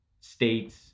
states